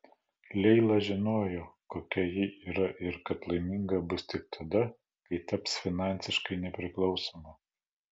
leila žinojo kokia ji yra ir kad laiminga bus tik tada kai taps finansiškai nepriklausoma